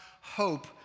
hope